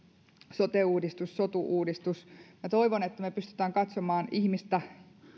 sote uudistus sotu uudistus minä toivon että me pystymme katsomaan ihmistä